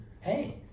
hey